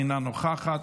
אינה נוכחת,